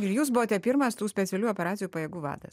ir jūs buvote pirmas tų specialių operacijų pajėgų vadas